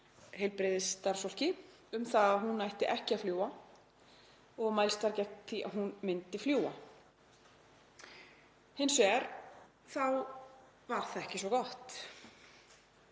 heilbrigðisstarfsfólki um að hún ætti ekki að fljúga og mælst var gegn því að hún myndi fljúga. Hins vegar þá var það ekki svo gott.